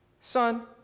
Son